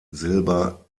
silber